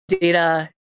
data